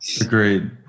Agreed